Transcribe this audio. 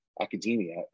academia